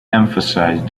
emphasized